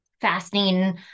fasting